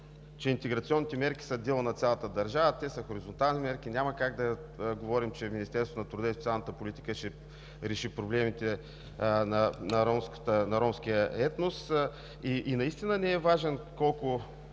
че интеграционните мерки са дело на цялата държава. Те са хоризонтални мерки, няма как да говорим, че Министерството на труда и социалната политика ще реши проблемите на ромския етнос. И наистина не е важен въпросът